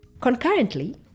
Concurrently